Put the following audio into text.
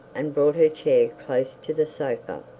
and brought her chair closer to the sofa.